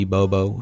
Bobo